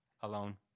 alone